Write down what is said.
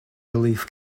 relief